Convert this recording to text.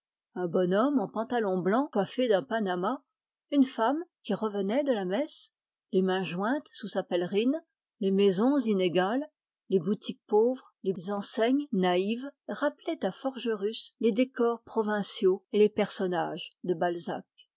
un bonhomme en pantalon blanc coiffé d'un panama une femme qui revenait de la messe les mains jointes sous sa pèlerine les maisons inégales les boutiques pauvres les enseignes naïves rappelaient à forgerus les décors provinciaux et les personnages de balzac